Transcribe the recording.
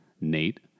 Nate